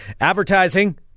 advertising